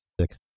six